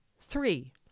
three